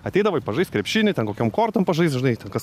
ateidavai pažaist krepšinį ten kokiom kortom pažaist žinai ten kas